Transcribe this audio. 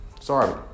Sorry